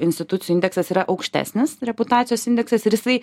institucijų indeksas yra aukštesnis reputacijos indeksas ir jisai